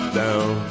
down